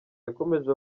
yakomeje